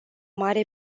mare